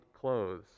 clothes